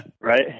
Right